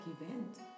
event